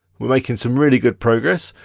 we're making some really good progress.